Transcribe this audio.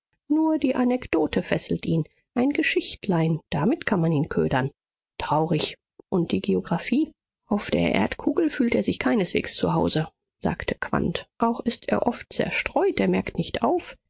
nur die anekdote fesselt ihn ein geschichtlein damit kann man ihn ködern traurig und die geographie auf der erdkugel fühlt er sich keineswegs zu hause sagte quandt auch ist er oft zerstreut er merkt nicht auf